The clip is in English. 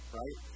right